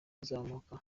rizamuka